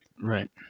Right